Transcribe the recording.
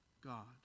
god